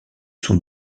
sont